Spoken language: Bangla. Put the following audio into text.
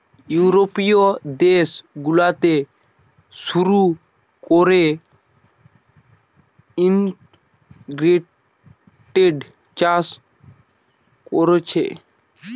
ইউরোপীয় দেশ গুলাতে শুরু কোরে ইন্টিগ্রেটেড চাষ কোরছে